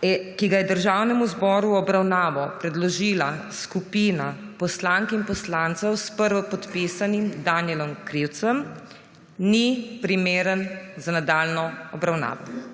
ki ga je Državnemu zboru v obravnavo predložila skupina poslank in poslancev s prvopodpisanim Danijelom Krivcem, ni primeren za nadaljnjo obravnavo.